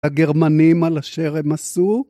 הגרמנים על אשר הם עשו